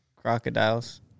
crocodiles